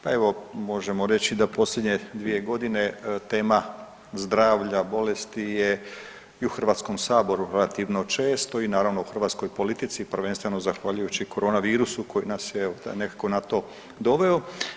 Pa možemo reći da posljednje dvije godine tema zdravlja, bolesti je i u Hrvatskom saboru relativno često i naravno u hrvatskoj politici prvenstveno zahvaljujući corona virusu koji nas je evo nekako na to doveo.